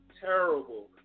terrible